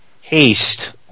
Haste